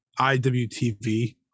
iwtv